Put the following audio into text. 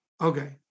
Okay